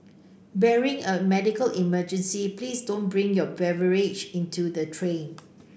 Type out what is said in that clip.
barring a medical emergency please don't bring your beverages into the train